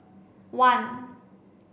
one